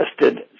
tested